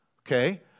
okay